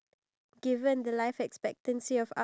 so you need to plan for your work